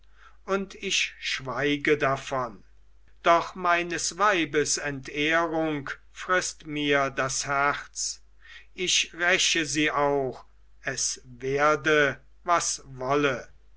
und ich schweige davon doch meines weibes entehrung frißt mir das herz ich räche sie auch es werde was wolle